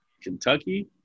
Kentucky